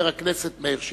חבר הכנסת מאיר שטרית.